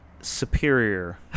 superior